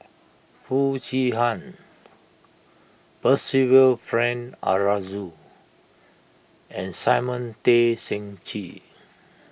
Foo Chee Han Percival Frank Aroozoo and Simon Tay Seong Chee